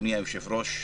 אדוני היושב-ראש,